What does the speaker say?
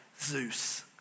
Zeus